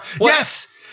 Yes